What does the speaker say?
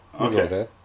Okay